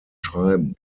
schreiben